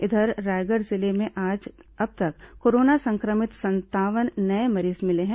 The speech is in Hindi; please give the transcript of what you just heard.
इधर रायगढ़ जिले में आज अब तक कोरोना संक्रमित संतावन नये मरीज मिले हैं